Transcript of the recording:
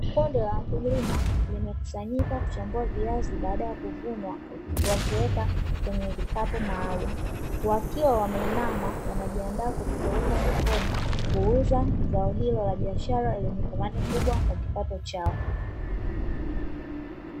Kundi la wakulima limekusanyika kuchambua viazi baada ya kuvuna, wakiweka kwenye vikapu maalumu. Wakiwa wameinama wakiwa wanajiandaa kupeleka sokoni, kwa ajili ya kuuza zao hilo lenye thamani kubwa kwenye kipato chao.